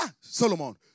Solomon